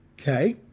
Okay